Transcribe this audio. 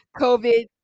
COVID